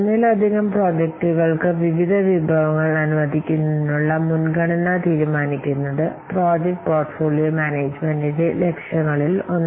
വിവിധ പ്രോജക്ടുകൾക്ക് റിസോഴ്സ് അനുവദിക്കുന്നതിന് ഇത് മുൻഗണന നൽകും